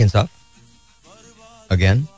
again